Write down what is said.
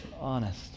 honest